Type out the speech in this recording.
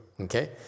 Okay